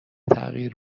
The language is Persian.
تغییر